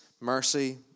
mercy